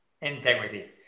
Integrity